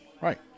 right